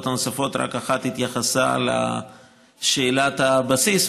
הנוספות רק אחת התייחסה לשאלת הבסיס,